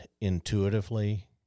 intuitively